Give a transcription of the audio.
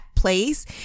place